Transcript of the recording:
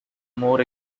more